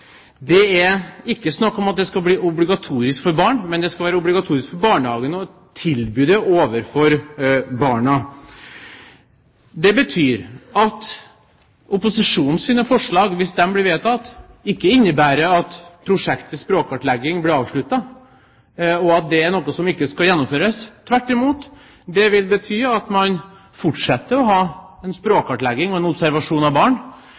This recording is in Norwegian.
Det er ikke snakk om at dette skal bli obligatorisk for barn, men det skal være obligatorisk for barnehagene å tilby det til barna. Hvis opposisjonens forslag blir vedtatt, innebærer ikke det at prosjektet språkkartlegging blir avsluttet, og at det ikke skal gjennomføres. Tvert imot vil det bety at man fortsetter med språkkartlegging og observasjon av barn,